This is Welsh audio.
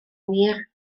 wir